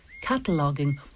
cataloguing